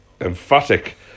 emphatic